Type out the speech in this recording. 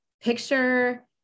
picture